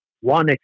one